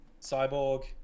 Cyborg